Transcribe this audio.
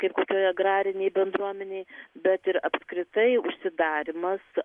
kaip kokioje agrarinėj bendruomenėj bet ir apskritai užsidarymas